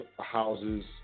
houses